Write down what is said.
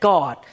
God